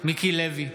מיקי לוי,